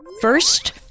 First